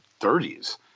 30s